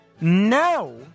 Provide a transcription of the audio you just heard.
no